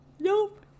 Nope